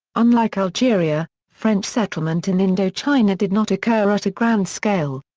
unlike algeria, french settlement in indochina did not occur at a grand scale.